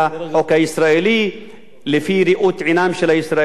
לפי ראות עיניהם של הישראלים או לפי החוק הבין-לאומי.